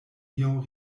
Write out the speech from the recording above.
iom